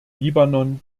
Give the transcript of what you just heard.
libanon